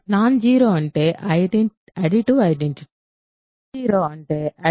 non zero అంటే additive identity సమానం కాదు